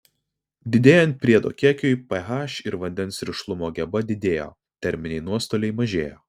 didėjant priedo kiekiui ph ir vandens rišlumo geba didėjo terminiai nuostoliai mažėjo